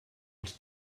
els